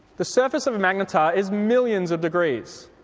the surface of a magnetar is millions of degrees.